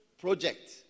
project